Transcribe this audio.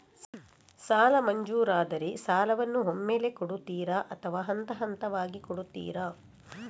ಸಾಲ ಮಂಜೂರಾದರೆ ಸಾಲವನ್ನು ಒಮ್ಮೆಲೇ ಕೊಡುತ್ತೀರಾ ಅಥವಾ ಹಂತಹಂತವಾಗಿ ಕೊಡುತ್ತೀರಾ?